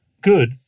good